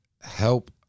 help